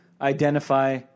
identify